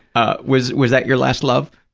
ah was was that your last love?